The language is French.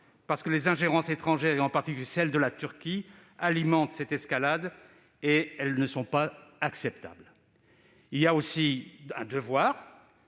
parce que les ingérences étrangères, en particulier celle de la Turquie, alimentent cette escalade. Elles ne sont pas acceptables. Il y a aussi un devoir,